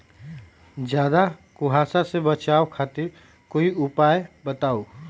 ज्यादा कुहासा से बचाव खातिर कोई उपाय बताऊ?